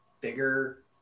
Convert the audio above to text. bigger